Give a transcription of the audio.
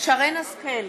שרן השכל,